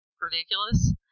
ridiculous